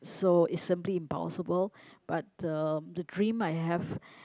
so it's simply impossible but uh the dream I have